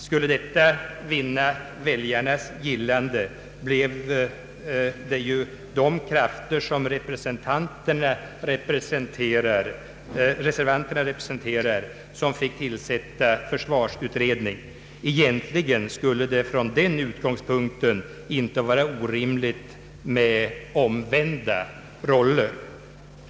Skulle detta vinna väljarnas gillande, blev det ju de krafter som reservanterna representerar som fick tillsätta försvarsutredning. Egentligen skulle det från den utgångspunkten inte vara orimligt med omvända roller.